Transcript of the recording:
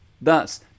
Thus